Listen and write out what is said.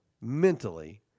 mentally